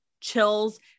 chills